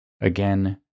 Again